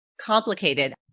complicated